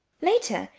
later,